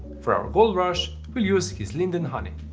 for our gold rush we'll use his linden honey.